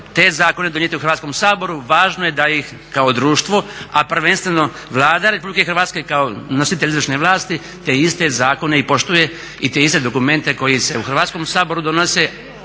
te zakone donijeti u Hrvatskom saboru, važno je da ih kao društvo, a prvenstveno Vlada Republike Hrvatske kao nositelj izvršne vlasti te iste zakone i poštuje i te iste dokumente koji se u Hrvatskom saboru donose